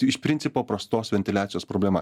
iš principo prastos ventiliacijos problema